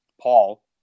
Paul